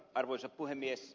arvoisa puhemies